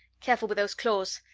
careful with those claws.